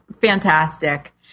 fantastic